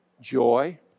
joy